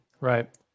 Right